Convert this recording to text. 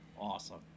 Awesome